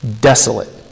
Desolate